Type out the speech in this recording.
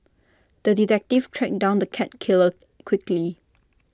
the detective tracked down the cat killer quickly